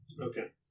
Okay